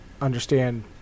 understand